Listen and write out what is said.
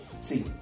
see